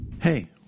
Hey